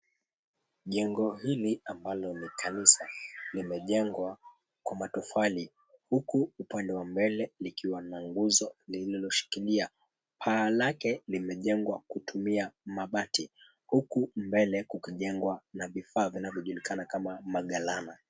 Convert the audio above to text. Jengo hili, ambalo ni kanisa, limejengwa kwa matofali, huku upande wa mbele likiwa na nguzo zilizoshikilia paa lake. Limejengwa kwa kutumia mabati, huku mbele kukiwa na vifaa vinavyojulikana kama magalana.